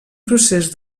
procés